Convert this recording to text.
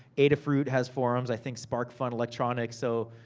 adafruit has forums. i think sparkfun electronics. so,